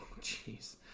Jeez